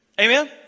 Amen